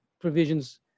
provisions